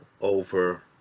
over